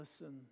listen